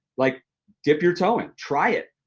like dip your toe in, try it.